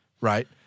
right